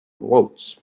votes